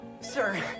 Sir